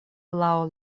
laŭ